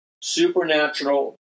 supernatural